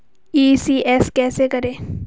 ECS कैसे करें?